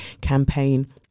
campaign